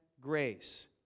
grace